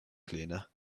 cleaner